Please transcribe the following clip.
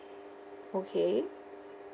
okay